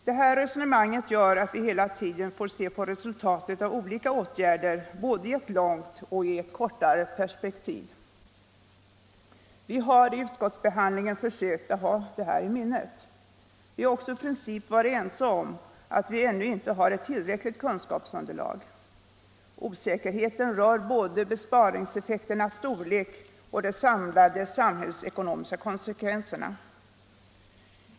Detta resonemang gör att vi hela tiden får se på resultatet av olika åtgärder både i ett långt och i ett kortare perspektiv. Vi har vid utskottets behandling försökt ha detta i minnet. Vi har också i princip varit ense om att vi ännu inte har ett tillräckligt kunskapsunderlag. Osäkerheten rör både besparingseffekternas storlek och de samlade samhällsekonomiska konsekvenserna.